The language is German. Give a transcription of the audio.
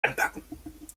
anpacken